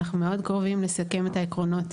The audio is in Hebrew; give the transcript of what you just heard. אנחנו מאוד קרובים לסכם את העקרונות